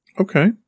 Okay